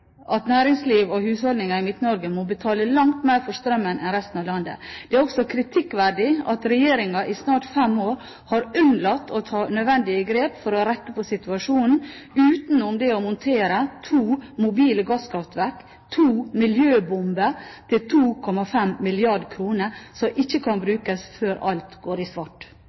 at næringsliv og husholdninger i Midt-Norge må betale langt mer for strømmen enn resten av landet. Det er også kritikkverdig at regjeringen i snart fem år har unnlatt å ta nødvendige grep for å rette på situasjonen utenom det å montere to mobile gasskraftverk, to miljøbomber til 2,5 mrd. kr, som ikke kan brukes før alt går i svart.